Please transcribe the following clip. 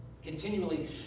Continually